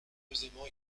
posément